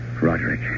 Roderick